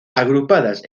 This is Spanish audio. agrupadas